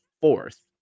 fourth